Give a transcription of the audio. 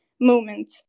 moment